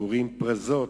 פורים פרזות,